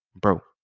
Bro